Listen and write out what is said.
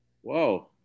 whoa